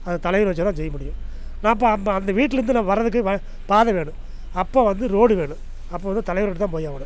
அது தலைவர் வச்சால்தான் செய்ய முடியும் நாப்ப அம்ம அந்த வீட்டிலேருந்து நம்ம வர்றதுக்கு வ பாதை வேணும் அப்போ வந்து ரோடு வேணும் அப்போ வந்து தலைவர் கிட்டேதான் போயாகணும்